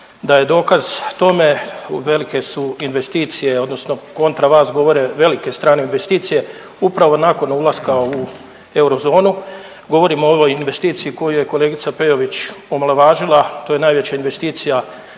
Da je dokaz tome velike su investicije odnosno kontra vas govore velike strane investicije upravo nakon ulaska u Eurozonu, govorimo o ovoj investiciji koju je kolegica Peović omalovažila, to je najveća investicija